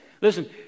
Listen